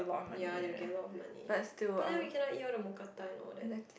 ya they will get a lot of money but then we cannot eat all the mookata and all that